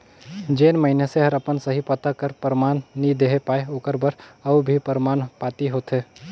जेन मइनसे हर अपन सही पता कर परमान नी देहे पाए ओकर बर अउ भी परमान पाती होथे